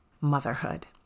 motherhood